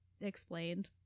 explained